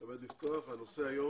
אני מתכבד לפתוח את ישיבת ועדת העלייה,